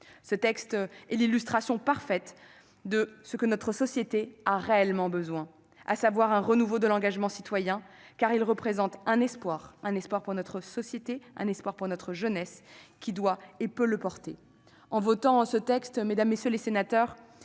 Ce texte est l'illustration parfaite de ce dont notre société a réellement besoin, à savoir un renouveau de l'engagement citoyen, car il représente un espoir pour notre société et notre jeunesse qui doit et peut le porter. En votant ce texte, mesdames, messieurs les sénateurs,